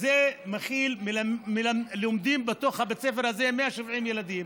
זה מכיל לומדים בתוך בית הספר הזה, 170 ילדים